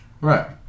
Right